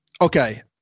okay